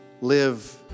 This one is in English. live